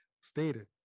stated